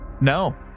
No